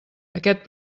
aquest